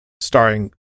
starring